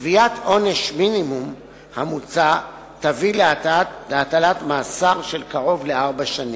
קביעת עונש המינימום המוצע תביא להטלת מאסר של קרוב לארבע שנים.